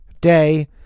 day